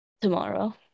Tomorrow